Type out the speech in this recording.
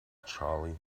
charlie